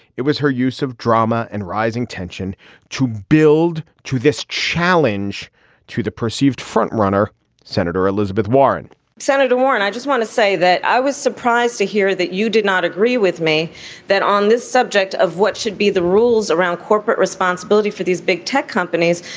it was her use of drama and rising tension to build to this challenge to the perceived front runner senator elizabeth warren senator warren i just want to say that i was surprised to hear that you did not agree with me that on this subject of what should be the rules around corporate responsibility for these big tech companies.